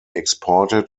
exported